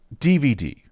DVD